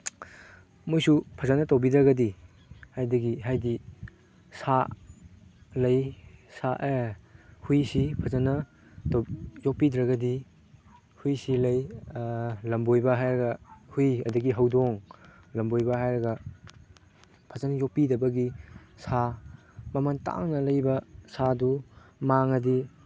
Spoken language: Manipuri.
ꯃꯣꯏꯁꯨ ꯐꯖꯅ ꯇꯧꯕꯤꯗ꯭ꯔꯒꯗꯤ ꯍꯥꯏꯕꯒꯤ ꯍꯥꯏꯗꯤ ꯁꯥ ꯂꯩ ꯁꯥ ꯍꯨꯏꯁꯤ ꯐꯖꯅ ꯌꯣꯛꯄꯤꯗ꯭ꯔꯒꯗꯤ ꯍꯨꯏꯁꯤ ꯂꯩ ꯂꯝꯕꯣꯏꯕ ꯍꯥꯏꯔꯒ ꯍꯨꯏ ꯑꯗꯒꯤ ꯍꯧꯗꯣꯡ ꯂꯝꯕꯣꯏꯒ ꯍꯥꯏꯔꯒ ꯐꯖꯅ ꯌꯣꯛꯞꯤꯗꯕꯒꯤ ꯁꯥ ꯃꯃꯟ ꯇꯥꯡꯅ ꯂꯩꯕ ꯁꯥꯗꯨ ꯃꯥꯡꯉꯗꯤ